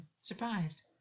surprised